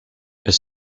elle